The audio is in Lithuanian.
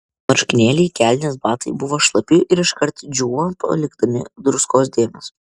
marškinėliai kelnės batai buvo šlapi ir iškart džiūvo palikdami druskos dėmes